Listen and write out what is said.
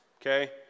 okay